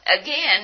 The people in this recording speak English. Again